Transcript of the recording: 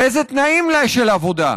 באיזה תנאים של עבודה?